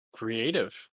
Creative